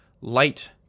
light